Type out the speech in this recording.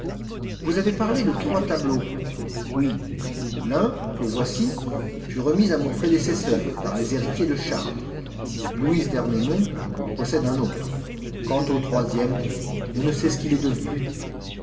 vous avez parlé de trois tableaux oui l'un que voici fut remis à mon prédécesseur par les héritiers de charles louise d'ernemont en possède un autre quant au troisième on ne sait ce qu'il est devenu